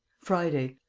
friday.